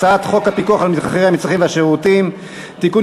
הצעת חוק פיקוח על מחירי מצרכים ושירותים (תיקון,